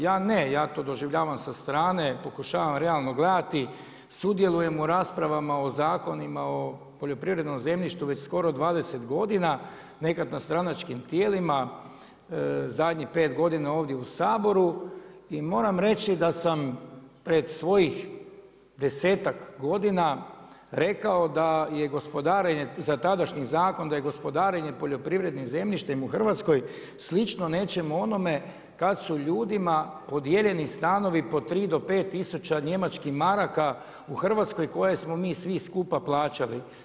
Ja ne, ja to doživljavam sa strane, pokušavam realno gledati, sudjelujem o raspravama o zakonima o poljoprivrednom zemljištu već skoro 20 godina, nekad na stranačkim tijelima, zadnjih 5 godina, ovdje u Saboru i moram reći da sam pred svojih 10-tak godina rekao da je gospodarenje za tadašnji zakon, da je gospodarenje poljoprivrednim zemljištem u Hrvatskoj slično nečemu onome kad su ljudima podijeljeni stanovi od 3 do 5 tisuća njemačkih maraka u Hrvatskoj koje smo mi svi skupa plaćali.